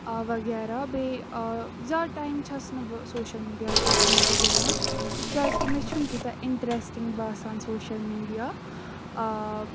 وغیرہ بیٚیہِ زیادٕ ٹایم چھَس نہٕ بہٕ سوشَل میٖڈیاہَس پٮ۪ٹھ کِہیٖنۍ تہِ دِوان کیٛازِکہِ مےٚ چھُنہٕ تیوٗتاہ اِنٹرٛٮ۪سٹِنٛگ باسان سوشَل میٖڈیا